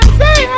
say